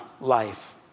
life